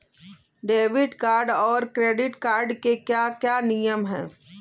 Debit card और credit card के क्या क्या नियम हैं?